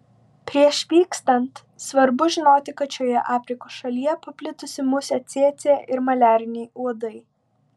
prieš vykstant svarbu žinoti kad šioje afrikos šalyje paplitusi musė cėcė ir maliariniai uodai